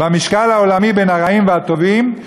במשקל העולמי בין הרעים והטובים,